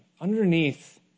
underneath